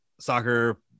soccer